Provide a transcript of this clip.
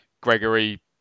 Gregory